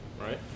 Right